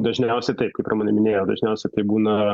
dažniausiai taip kaip ramunė minėjo dažniausiai tai būna